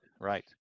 Right